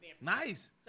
Nice